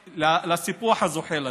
לסיפוח הזוחל הזה.